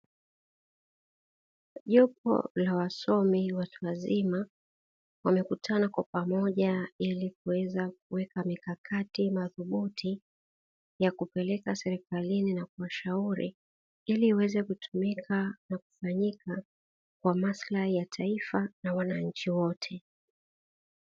Jopo la wasomi watu wazima wamekutana kwa pamoja ili kuweza kuweka mikakati madhubuti ya kupeleka serikalini na kuwashauri ili waweze kutumika na kufanyika kwa maslahi ya taifa na wananchi wote.